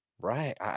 Right